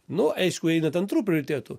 nu aišku einant antru prioritetu